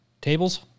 tables